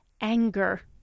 anger